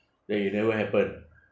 then it never happen